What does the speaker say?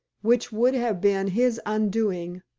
which would have been his undoing,